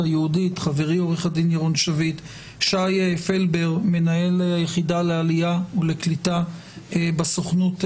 שזה ועדת העלייה והקליטה,